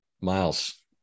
Miles